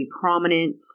prominent